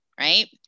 Right